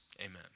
Amen